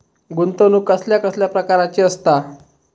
गुंतवणूक कसल्या कसल्या प्रकाराची असता?